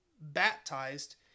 baptized